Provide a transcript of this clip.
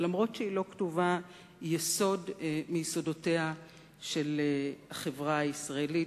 ואף שהיא לא כתובה היא יסוד מיסודותיה של החברה הישראלית,